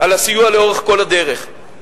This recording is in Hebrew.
על הסיוע לאורך כל הדרך.